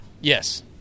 Yes